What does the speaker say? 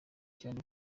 cyane